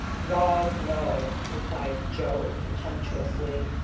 log, no, replied joe, contemptuously.